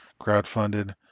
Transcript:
crowdfunded